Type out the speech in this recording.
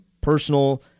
personal